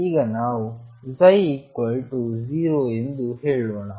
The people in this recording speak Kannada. ಈಗ ನಾವು ψ0 ಎಂದು ಹೇಳೋಣ